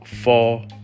four